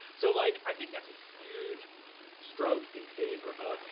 so like i think that's a huge stroke in favor of.